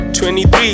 23